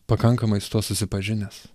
pakankamai su tuo susipažinęs